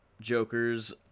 Jokers